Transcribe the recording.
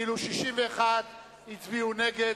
18, ו-61 הצביעו נגד.